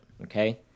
okay